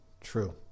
true